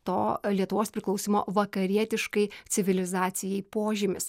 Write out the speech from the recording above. to lietuvos priklausymo vakarietiškai civilizacijai požymis